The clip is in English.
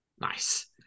Nice